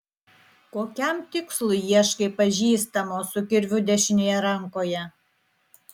kokiam tikslui ieškai pažįstamo su kirviu dešinėje rankoje